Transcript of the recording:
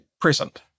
present